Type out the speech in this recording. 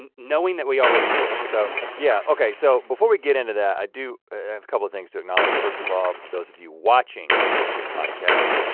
and knowing that we always would so yeah. okay, so before we get into that i do a couple of things to acknowledge. first of all, for those of you watching the podcast,